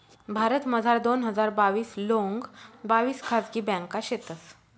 भारतमझार दोन हजार बाविस लोंग बाविस खाजगी ब्यांका शेतंस